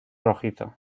rojizo